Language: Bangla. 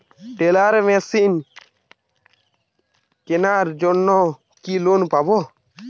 টেলার মেশিন কেনার জন্য কি লোন পাব?